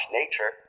nature